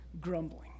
grumbling